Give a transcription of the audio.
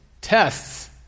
tests